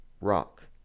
rock